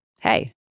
hey